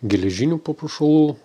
geležinių papuošalų